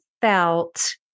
felt